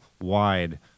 wide